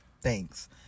Thanks